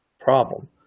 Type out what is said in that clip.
problem